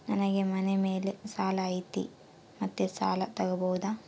ನನಗೆ ಮನೆ ಮೇಲೆ ಸಾಲ ಐತಿ ಮತ್ತೆ ಸಾಲ ತಗಬೋದ?